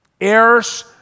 heirs